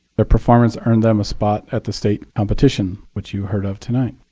their performance earned them a spot at the state competition, which you heard of tonight.